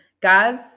guys